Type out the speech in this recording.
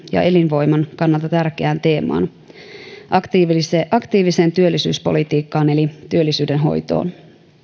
ja elinvoiman kannalta tärkeään teemaan aktiiviseen aktiiviseen työllisyyspolitiikkaan eli työllisyyden hoitoon